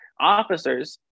officers